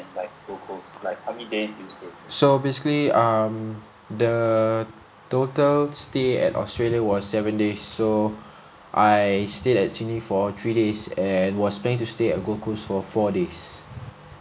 so basically um the total stay at australia was seven days so I stayed at sydney for three days and was planning to stay at gold coast for four days